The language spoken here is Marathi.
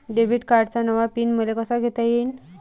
डेबिट कार्डचा नवा पिन मले कसा घेता येईन?